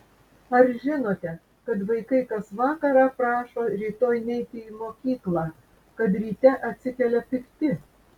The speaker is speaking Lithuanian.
ar žinote kad vaikai kas vakarą prašo rytoj neiti į mokyklą kad ryte atsikelia pikti